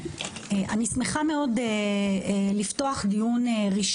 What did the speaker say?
אני שמחה לפתוח את ישיבת ועדת המדע